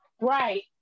Right